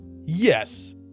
Yes